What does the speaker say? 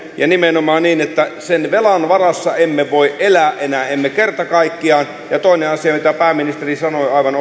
ja nimenomaan niin että sen velan varassa emme voi enää elää emme kerta kaikkiaan ja toinen asia mitä pääministeri sanoi aivan